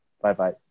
Bye-bye